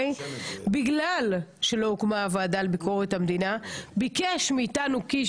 בגלל שלא הוקמה הוועדה לביקורת המדינה ביקש מאיתנו קיש